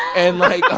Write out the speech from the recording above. and, like.